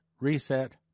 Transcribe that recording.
reset